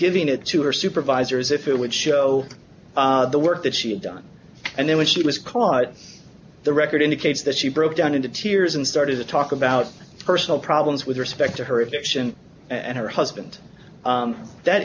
giving it to her supervisors if it would show the work that she had done and then when she was caught the record indicates that she broke down into tears and started to talk about personal problems with respect to her of the action and her husband that